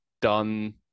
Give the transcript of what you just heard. done